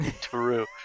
true